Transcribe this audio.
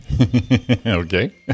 Okay